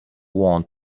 want